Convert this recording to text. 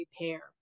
repair